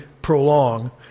Prolong